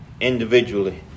individually